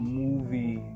movie